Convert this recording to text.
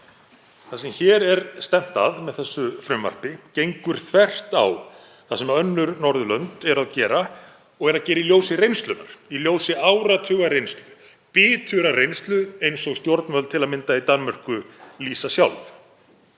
Það sem stefnt er að með þessu frumvarpi gengur þvert á það sem önnur Norðurlönd eru að gera og eru að gera í ljósi reynslunnar, í ljósi áratugareynslu, biturrar reynslu, eins og stjórnvöld, til að mynda í Danmörku, lýsa sjálf.